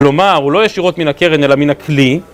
כלומר הוא לא ישירות מן הקרן אלא מן הכלי